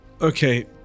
Okay